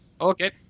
Okay